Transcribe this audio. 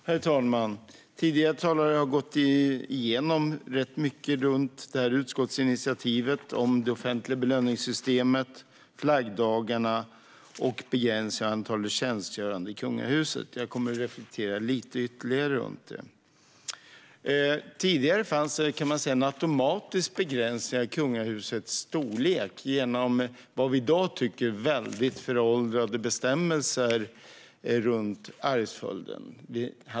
Herr talman! Tidigare talare har gått igenom rätt mycket i utskottsinitiativet om det offentliga belöningssystemet, flaggdagarna och begränsningen av antalet tjänstgörande i kungahuset. Jag kommer att reflektera lite ytterligare över detta. Tidigare fanns en automatisk begränsning av kungahusets storlek genom vad vi i dag tycker väldigt föråldrade bestämmelser om arvsföljden.